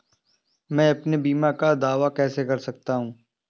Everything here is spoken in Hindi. मैं अपने बीमा का दावा कैसे कर सकता हूँ?